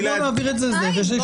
בואו נעביר את זה ושיעבדו